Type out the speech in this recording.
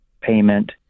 payment